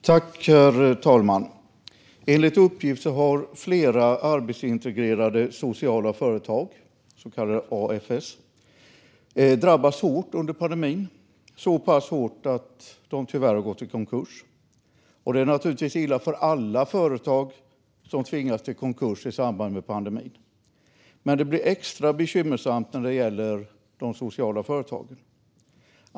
Herr talman! Enligt uppgift har flera arbetsintegrerande sociala företag, så kallade ASF, drabbats hårt under pandemin, så pass hårt att de tyvärr har gått i konkurs. Det är naturligtvis illa för alla företag som tvingas till konkurs i samband med pandemin, men det blir extra bekymmersamt när det gäller de sociala företagen.